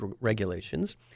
regulations